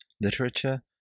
literature